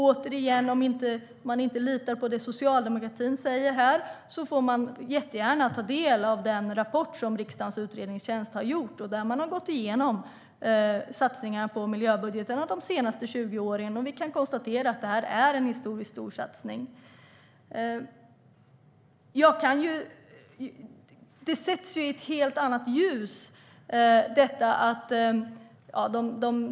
Återigen: Om man inte litar på vad socialdemokratin säger får man jättegärna ta del av den rapport som riksdagens utredningstjänst har gjort och där man har gått igenom satsningarna på miljöbudgetarna de senaste 20 åren. Vi kan konstatera att detta är en historiskt stor satsning. Det sätts i ett helt annat ljus.